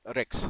Rex